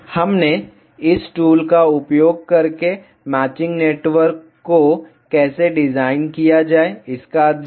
हमने इस टूल का उपयोग करके मैचिंग नेटवर्क को कैसे डिज़ाइन किया जाए इसका अध्ययन किया